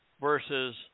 versus